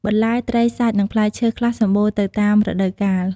បន្លែ ត្រី សាច់ និងផ្លែឈើខ្លះសម្បូរនៅតាមរដូវកាល។